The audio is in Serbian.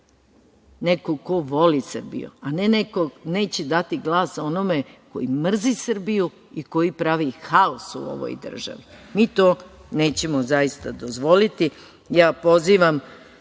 nekog ko voli Srbiju. Neće dati glas onome koji mrzi Srbiju i koji pravi haos u ovoj državi. Mi to nećemo dozvoliti. Pozivam